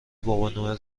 بابانوئل